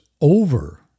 over